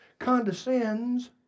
condescends